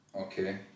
Okay